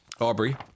Aubrey